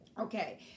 Okay